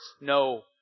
No